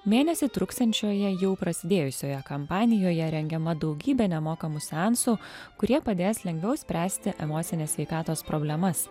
mėnesį truksiančioje jau prasidėjusioje kampanijoje rengiama daugybė nemokamų seansų kurie padės lengviau spręsti emocinės sveikatos problemas